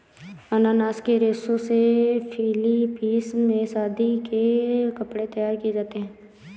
अनानास के रेशे से फिलीपींस में शादी के कपड़े तैयार किए जाते हैं